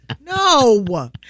No